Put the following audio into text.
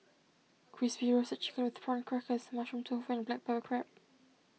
Crispy Roasted Chicken with Prawn Crackers Mushroom Tofu and Black Pepper Crab